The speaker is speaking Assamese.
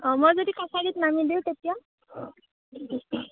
মই যদি কাছাৰীত নামি দিওঁ তেতিয়া